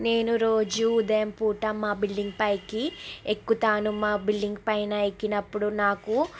నేను రోజు ఉదయం పూట మా బిల్డింగ్ పైకి ఎక్కుతాను మా బిల్డింగ్ పైన ఎక్కినప్పుడు నాకు